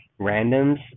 randoms